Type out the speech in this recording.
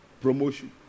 promotion